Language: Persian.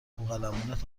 بوقلمونت